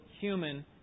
human